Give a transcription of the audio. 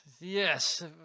Yes